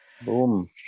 Boom